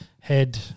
head